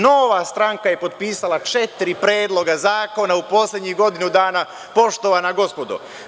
Nova stranka je potpisala četiri predloga zakona u poslednjih godinu dana, poštovana gospodo.